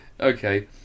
Okay